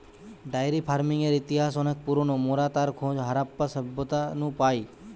diary ফার্মিংয়ের ইতিহাস অনেক পুরোনো, মোরা তার খোঁজ হারাপ্পা সভ্যতা নু পাই